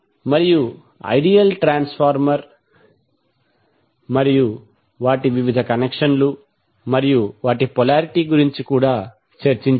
మరియు ideal transformer మరియు వాటి వివిధ కనెక్షన్లు మరియు పొలారిటీ గురించి కూడా చర్చించాము